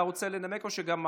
אתה רוצה לנמק, או שגם גפני?